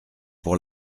pour